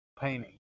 painting